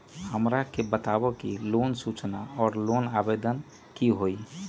हमरा के बताव कि लोन सूचना और लोन आवेदन की होई?